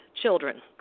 children